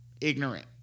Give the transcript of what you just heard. ignorant